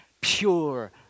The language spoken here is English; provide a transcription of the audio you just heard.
Pure